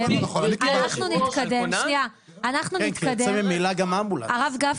הרב גפני,